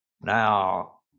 Now